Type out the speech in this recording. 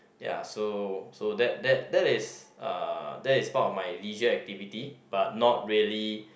ya so so that that that is uh that is part of my leisure activity but not really